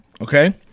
okay